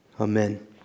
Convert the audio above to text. Amen